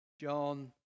John